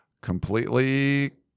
completely